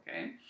okay